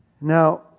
now